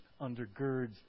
undergirds